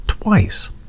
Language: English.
twice